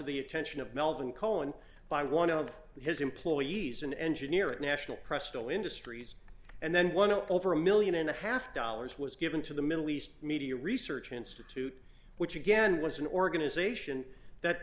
the attention of melvin cohen by one of his employees an engineer at national presto industries and then one over a one million and a half dollars was given to the middle east media research institute which again was an organization that